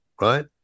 Right